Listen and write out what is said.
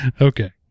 Okay